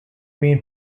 been